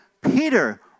Peter